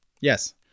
Yes